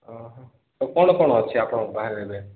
ଅ ହଁ ତ କ'ଣ କ'ଣ ଅଛି ଆପଣଙ୍କ ପାଖରେ ଏବେ